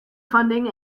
funding